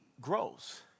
grows